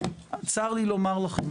צר לי לומר לכם,